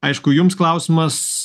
aišku jums klausimas